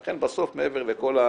לכן בסוף, מעבר לכול,